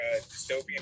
dystopian